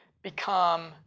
become